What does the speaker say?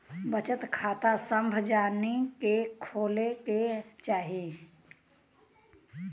बचत खाता सभ जानी के खोले के चाही